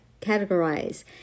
categorize